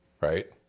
Right